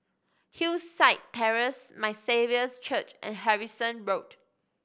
Hillside Terrace My Saviour's Church and Harrison Road